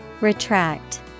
Retract